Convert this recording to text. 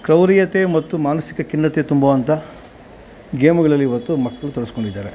ಕ್ರೌರ್ಯತೆ ಮತ್ತು ಮಾನಸಿಕ ಖಿನ್ನತೆ ತುಂಬೋವಂಥ ಗೇಮುಗಳಲ್ಲಿ ಇವತ್ತು ಮಕ್ಕಳು ತೊಡಸ್ಕೊಂಡಿದಾರೆ